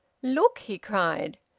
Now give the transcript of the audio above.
look! he cried.